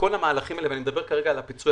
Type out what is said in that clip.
בכל המהלכים האלה ואני מדבר כרגע על הפיצוי